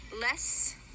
less